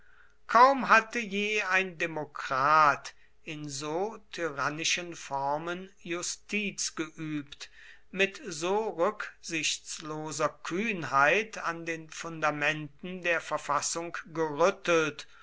kaum hatte je ein demokrat in so tyrannischen formen justiz geübt mit so rücksichtsloser kühnheit an den fundamenten der verfassung gerüttelt